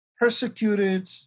persecuted